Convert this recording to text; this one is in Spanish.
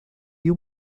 dio